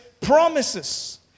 promises